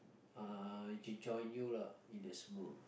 ah j~ join you lah in the Smule